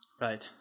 Right